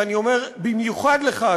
ואני אומר במיוחד לך,